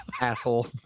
Asshole